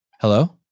Hello